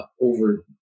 over